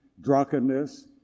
drunkenness